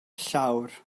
llawr